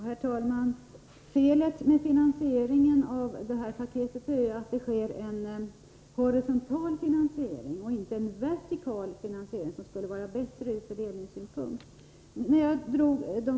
Herr talman! Felet med finansieringen av det här paketet är ju att den sker horisontellt och inte vertikalt, som skulle vara bättre ur fördelningssynpunkt.